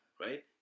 right